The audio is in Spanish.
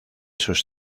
sus